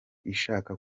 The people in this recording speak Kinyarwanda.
ishaka